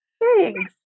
Thanks